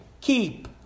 keep